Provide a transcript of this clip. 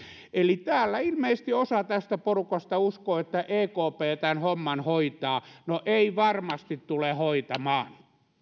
eli täällä ilmeisesti osa tästä porukasta uskoo että ekp tämän homman hoitaa no ei varmasti tule hoitamaan